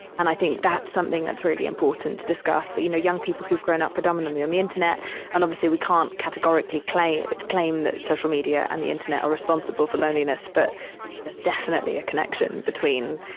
and i think that's something that's really important to discuss. you know, young people who've grown up predominantly on the internet and obviously we can't categorically claim, claim that social media and the internet are responsible for loneliness. but there's definitely a connection between